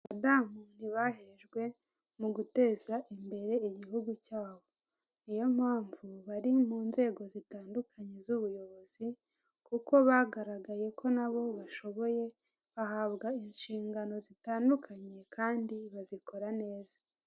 Abadamu ntibahejwe mu guteza imbere igihugu cyabo niyo mpamvu bari mu nzego zitandukanye z'ubuyobozi kuko bagaragaye ko nabo bashoboye bahabwa inshingano zitandukanye kandi bazikora neza.